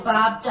Bob